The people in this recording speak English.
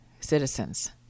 citizens